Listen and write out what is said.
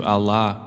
Allah